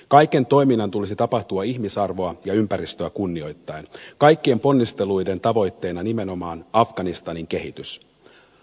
kaiken toiminnan tulisi tapahtua ihmisarvoa ja ympäristöä kunnioittaen kaikkien ponnisteluiden tavoitteena nimenomaan afganistanin kehitys